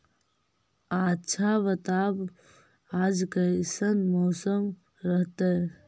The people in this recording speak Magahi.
आच्छा बताब आज कैसन मौसम रहतैय?